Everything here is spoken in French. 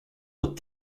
aux